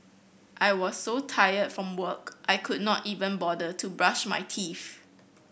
I was so tired from work I could not even bother to brush my teeth